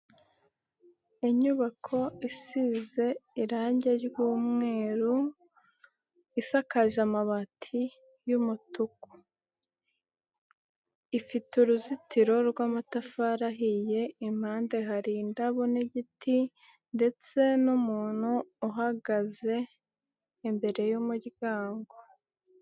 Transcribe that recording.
Inyubako isize irangi ry'umweru, isakaje amabati y'umutuku. Ifite uruzitiro rw'amatafari ahiye, impande hari indabo n'igiti ndetse n'umuntu uhagaze imbere y'umuryango.